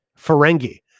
Ferengi